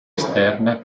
esterne